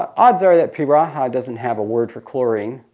odds are that piraha doesn't have a word for chlorine.